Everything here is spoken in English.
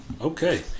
Okay